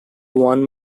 one